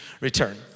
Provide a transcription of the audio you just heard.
return